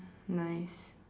nice